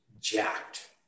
jacked